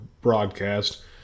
broadcast